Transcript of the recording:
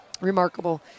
remarkable